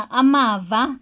amava